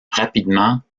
rapidement